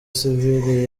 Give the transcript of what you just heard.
sivile